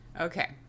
Okay